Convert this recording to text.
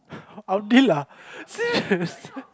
I'll deal lah serious